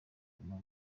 kuguma